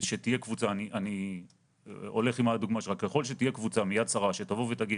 אני הולך עם הדוגמה שלך: ככל שתהיה קבוצה מיד שרה שתבוא ותגיד